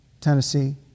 Tennessee